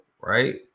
Right